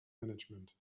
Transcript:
management